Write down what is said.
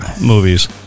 movies